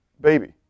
baby